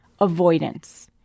Avoidance